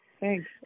Thanks